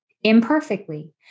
Imperfectly